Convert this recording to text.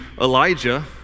Elijah